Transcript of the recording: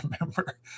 Remember